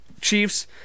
Chiefs